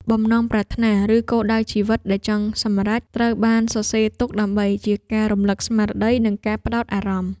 បំណងប្រាថ្នា ឬគោលដៅជីវិតដែលចង់សម្រេច ត្រូវបានសរសេរទុកដើម្បីជាការរំលឹកស្មារតី និងការផ្ដោតអារម្មណ៍។